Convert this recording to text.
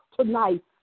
tonight